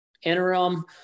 interim